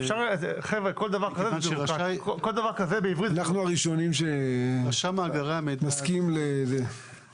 אנחנו הראשונים שנסכים להשאיר אצלנו את ההחלטות.